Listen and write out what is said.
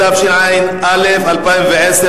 התשע"א 2010,